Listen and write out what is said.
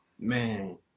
Man